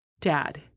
Dad